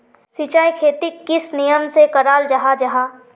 सिंचाई खेतोक किस नियम से कराल जाहा जाहा?